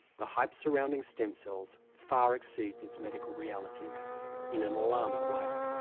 the hype surrounding stem cells far exceeds its medical reality in an alarming way.